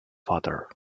father